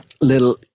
little